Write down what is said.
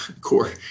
core